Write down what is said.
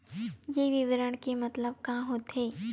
ये विवरण के मतलब का होथे?